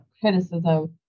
criticism